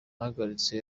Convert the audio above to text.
yahagaritse